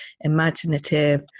imaginative